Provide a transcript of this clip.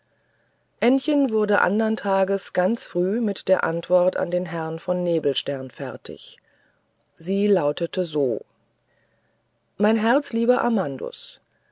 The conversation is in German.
ännchen wurde andern tages ganz frühe mit der antwort an den herrn von nebelstern fertig sie lautete also mein herzlieber